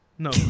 No